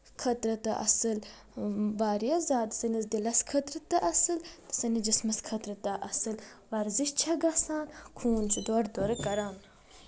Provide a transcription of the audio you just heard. خٲطرٕ تہ اَصٕل واریاہ زیادٕ سٲنِس دِلس خٲطرٕ تہ اَصٕل سٲنِس جسمَس خٲطرٕ تہِ اَصٕل ورزِش چھےٚ گژھان خوٗن چھُ دورٕ دورٕ کران